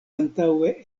antaŭe